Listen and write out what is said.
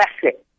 classic